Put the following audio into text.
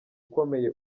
ukomeye